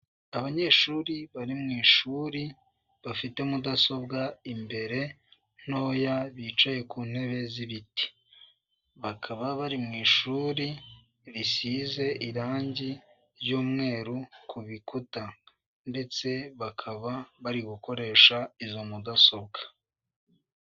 Abanyeshuri bari mu ishuri, bafite mudasobwa imbere, ntoya, bicaye ku ntebe z'ibiti. Bakaba bari mu ishuri risize irangi ry'umweru ku bikuta. Ndatse bakaba bari gukoresha izo mudasobwa.